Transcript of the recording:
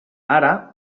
ara